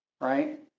right